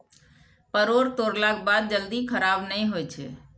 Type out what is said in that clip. परोर तोड़लाक बाद जल्दी खराब नहि होइ छै